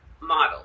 model